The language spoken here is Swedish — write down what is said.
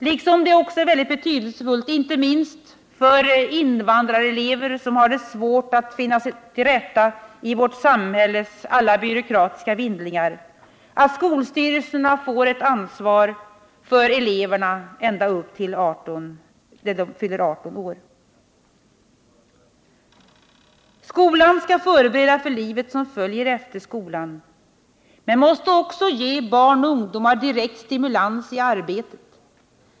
Likaså är det mycket betydelsefullt, inte minst för invandrarelever som har det svårt att finna sig till rätta i vårt samhälles alla byråkratiska vindlingar, att skolstyrelserna får ett ansvar för eleverna ända fram till dess att de fyller 18 år. Skolan skall förbereda för livet som följer efter skolan men måste också ge barn och ungdomar direkt stimulans i arbetet.